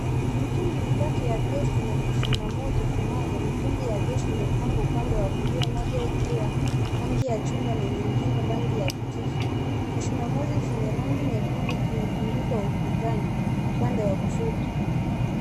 Mitungi mitatu ya gesi na kizimamoto kimoja. Mitungi ya gesi imepangwa upande wa kulia moja ikiwa rangi ya chungwa na nyingine rangi ya kijivu. Kizimamoto chenye rangi nyekundu kimetundikwa ukutani upande wa kushoto.